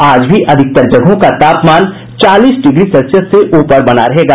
आज भी अधिकतर जगहों का तापमान चालीस डिग्री सेल्सियस से ऊपर बना रहेगा